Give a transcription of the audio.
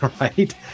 right